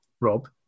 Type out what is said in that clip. Rob